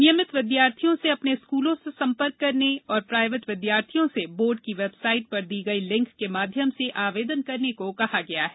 नियमित विद्यार्थियों से अपने स्कूलों से संपर्क करने और प्रायवेट विद्यार्थियों से बोर्ड की वेबसाईट पर दी गई लिंक के माध्यम से आवेदन करने को कहा गया है